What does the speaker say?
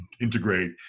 integrate